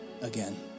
again